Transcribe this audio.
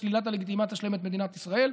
שלילת הלגיטימציה שלהם את מדינת ישראל,